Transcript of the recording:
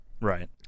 Right